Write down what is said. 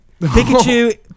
Pikachu